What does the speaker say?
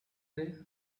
way